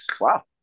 Wow